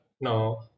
No